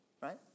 right